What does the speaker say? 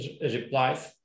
replies